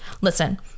Listen